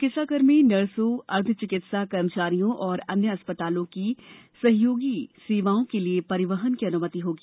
चिकित्साकर्मी नर्सों अर्धचिकित्सा कर्मचारियों और अन्य अस्पतालों की सहयोगी सेवाओं के लिए परिवहन की अनुमति होगी